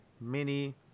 Mini